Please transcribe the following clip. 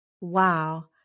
Wow